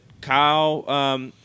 Kyle –